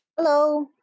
Hello